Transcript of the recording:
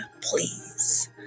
please